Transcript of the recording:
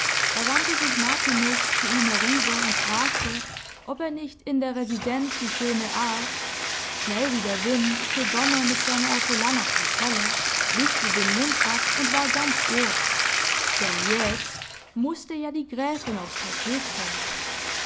da wandte sich martiniz zu ihm herüber und fragte ob er nicht in der residenz die schöne ar schnell wie der wind fuhr berner mit seiner ortolane auf den teller wischte den mund ab und war ganz ohr denn jetzt mußte ja die gräfin aufs tapet kommen